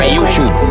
YouTube